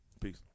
Peace